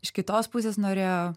iš kitos pusės norėjo